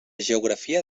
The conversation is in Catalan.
geografia